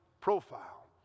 profile